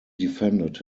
defended